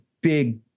big